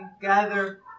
gather